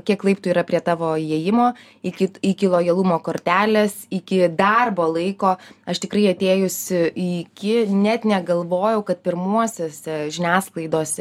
kiek laiptų yra prie tavo įėjimo iki iki lojalumo kortelės iki darbo laiko aš tikrai atėjusi į iki net negalvojau kad pirmuosiuose žiniasklaidose